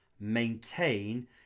maintain